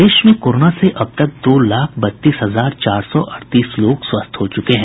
प्रदेश में कोरोना से अब तक दो लाख बत्तीस हजार चार सौ अड़तीस लोग स्वस्थ हो चूके हैं